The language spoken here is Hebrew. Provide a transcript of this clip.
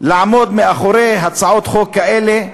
לעמוד מאחורי הצעות חוק כאלה.